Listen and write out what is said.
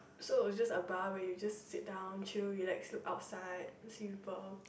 so it's just a bar where you just sit down chill relax look outside see people